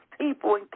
people